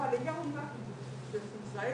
עם יושת ראש הקואליציה,